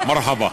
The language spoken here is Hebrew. מרחבא.